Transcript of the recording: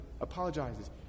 Apologizes